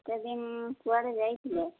ଏତେଦିନ କୁଆଡ଼େ ଯାଇଥିଲେ